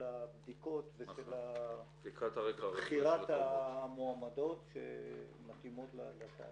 הבדיקות ושל בחירת המועמדות שמתאימות לתהליך.